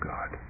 God